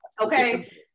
Okay